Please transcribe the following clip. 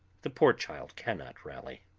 the poor child cannot rally.